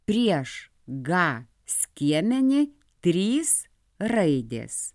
prieš gą skiemenį trys raidės